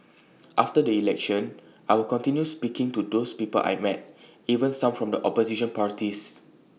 after the election I will continue speaking to these people I met even some in the opposition parties